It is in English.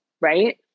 right